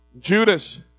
Judas